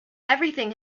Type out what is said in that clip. everything